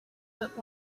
but